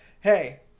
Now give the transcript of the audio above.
hey